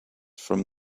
from